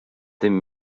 tym